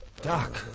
Doc